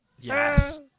Yes